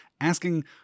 asking